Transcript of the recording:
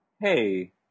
hey